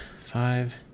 five